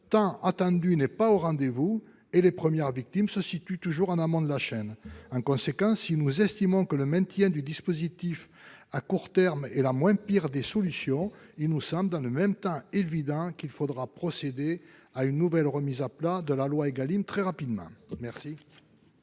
tant attendu n'est pas au rendez-vous et que les premières victimes se situent toujours en amont de la chaîne. En conséquence, si nous estimons que le maintien du dispositif à court terme est la moins mauvaise des solutions, il nous semble dans le même temps évident qu'il faudra procéder très rapidement à une nouvelle remise à plat des lois Égalim. La parole est à M.